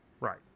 right